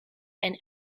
and